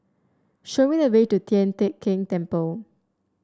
show me the way to Tian Teck Keng Temple